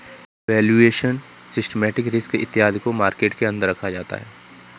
valuation, systematic risk इत्यादि को market के अंतर्गत रखा जाता है